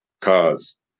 cars